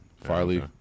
Farley